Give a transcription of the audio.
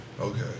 Okay